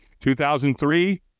2003